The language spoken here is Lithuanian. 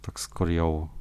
toks kur jau